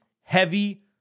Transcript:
heavy